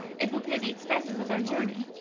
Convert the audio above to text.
it will pay the expenses of our journey.